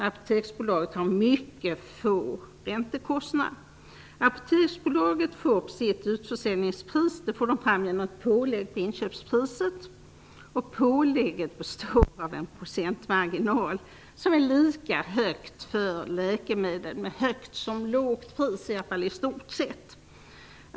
Apoteksbolaget har mycket låga räntekostnader. Sitt utförsäljningspris får Apoteksbolaget fram genom pålägg på inköpspriset. Pålägget består av en procentmarginal som är lika hög för läkemedel med högt som med lågt pris, i alla fall i stort sett.